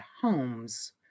homes